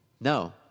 No